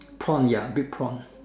prawn ya big prawn